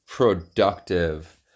productive